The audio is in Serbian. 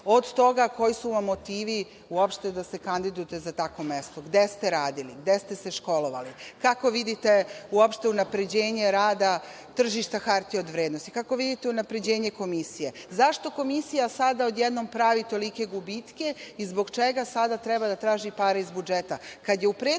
od toga koji su vam motivi uopšte da se kandidujete za takvo mesto, gde ste radili, gde ste se školovali, kako vidite uopšte unapređenje rada tržišta hartija od vrednosti, kako vidite unapređenje Komisije. Zašto komisija sada odjednom pravi tolike gubitke i zbog čega sada treba da traži pare iz budžeta,